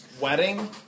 wedding